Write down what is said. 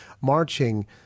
marching